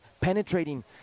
penetrating